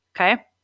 Okay